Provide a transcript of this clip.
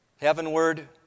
heavenward